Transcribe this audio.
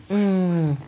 mm